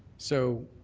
so